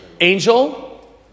Angel